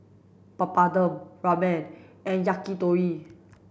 Papadum Ramen and Yakitori